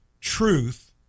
truth